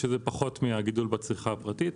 וזה פחות מהגידול בצריכה הפרטית.